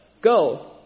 go